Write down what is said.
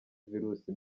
virusi